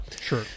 Sure